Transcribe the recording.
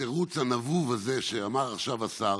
התירוץ הנבוב הזה שאמר עכשיו השר